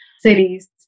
cities